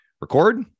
record